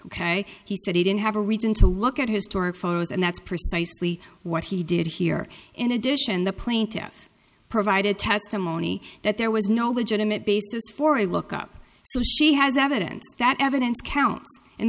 ok he said he didn't have a reason to look at historic photos and that's precisely what he did here in addition the plaintiffs provided testimony that there was no legitimate basis for a look up so she has evidence that evidence counts and